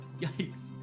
Yikes